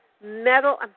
metal